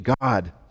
God